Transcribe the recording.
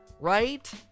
right